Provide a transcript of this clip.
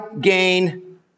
gain